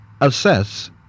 assess